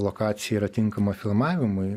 lokacija yra tinkama filmavimui